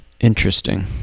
Interesting